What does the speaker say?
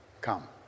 come